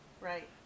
Right